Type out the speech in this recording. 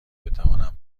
بتوانم